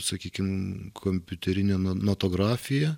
sakykim kompiuterinė no notografija